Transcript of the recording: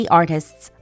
artists